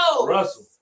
Russell